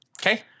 Okay